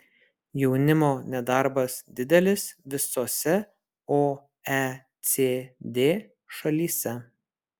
jaunimo nedarbas didelis visose oecd šalyse